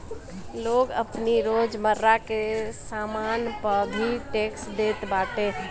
लोग आपनी रोजमर्रा के सामान पअ भी टेक्स देत बाटे